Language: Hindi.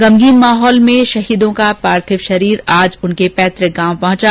गमगीन माहौल में शहीदों का पार्थिव शरीर आज अपने पैतृक गांव पहुंचा